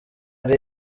ari